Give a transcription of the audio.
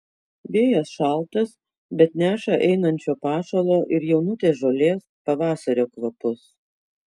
vėjas šaltas bet neša einančio pašalo ir jaunutės žolės pavasario kvapus